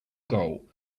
goal